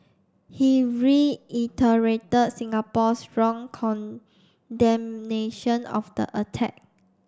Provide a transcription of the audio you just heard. he reiterated Singapore's strong condemnation of the attack